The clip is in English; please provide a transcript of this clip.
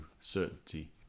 certainty